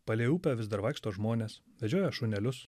palei upę vis dar vaikšto žmonės vedžioja šunelius